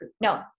no